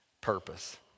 purpose